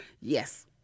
Yes